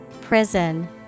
Prison